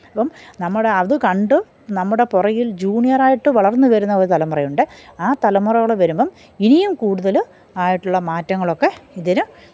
അപ്പം നമ്മുടെ അത് കണ്ട് നമ്മുടെ പുറകില് ജൂനിയർ ആയിട്ട് വളര്ന്ന് വരുന്ന ഒരു തലമുറ ഉണ്ട് ആ തലമുറകൾ വരുമ്പം ഇനിയും കൂടുതൽ ആയിട്ടുള്ള മാറ്റങ്ങളൊക്കെ ഇതിന്